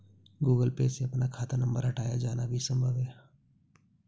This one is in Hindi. गूगल पे से अपना खाता नंबर हटाया जाना भी संभव है